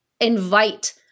invite